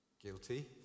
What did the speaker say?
guilty